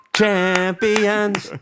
champions